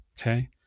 okay